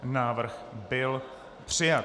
Návrh byl přijat.